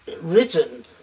written